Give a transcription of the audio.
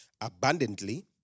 abundantly